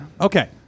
okay